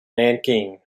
nanking